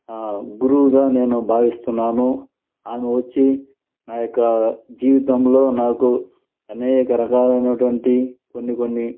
గురువుగా నేను భావిస్తున్నాను ఆమె వచ్చి నా యొక జీవితంలో నాకు అనేక రకాలైనటువంటి కొన్ని కొన్ని